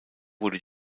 wurde